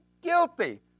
guilty